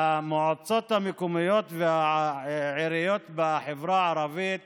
והמועצות המקומיות והעיריות בחברה הערבית